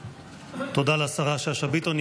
(חותמת על ההצהרה) תודה לשרה שאשא ביטון.